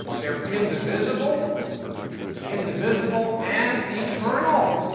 they're indivisible indivisible and eternal.